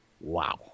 wow